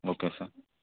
okay sir